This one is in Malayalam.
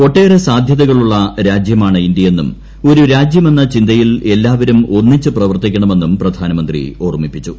ഒട്ടേറെ സാധ്യതകളുള്ള രാജ്യമാണ് ഇന്ത്യയെന്നും ഒരു രാജ്യമെന്ന ചിന്തയിൽ എല്ലാവരും ഒന്നിച്ച് പ്രവർത്തിക്കണമെന്നും പ്രധാനമന്ത്രി ഓർമ്മിപ്പിച്ചു